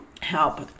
help